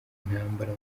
intambara